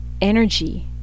energy